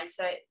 mindset